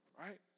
right